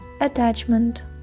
attachment